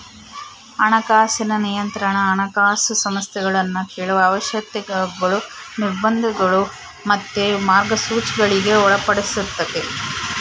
ಹಣಕಾಸಿನ ನಿಯಂತ್ರಣಾ ಹಣಕಾಸು ಸಂಸ್ಥೆಗುಳ್ನ ಕೆಲವು ಅವಶ್ಯಕತೆಗುಳು, ನಿರ್ಬಂಧಗುಳು ಮತ್ತೆ ಮಾರ್ಗಸೂಚಿಗುಳ್ಗೆ ಒಳಪಡಿಸ್ತತೆ